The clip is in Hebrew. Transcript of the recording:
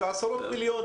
זה עשרות מיליונים.